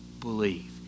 believe